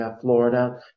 Florida